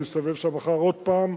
אני אסתובב שם מחר עוד פעם.